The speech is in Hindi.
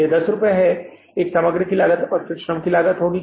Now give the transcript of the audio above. यह 10 रुपये है एक सामग्री लागत और फिर श्रम लागत कितनी होनी है